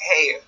hey